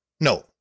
No